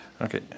Okay